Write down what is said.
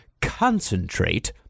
concentrate